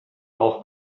auch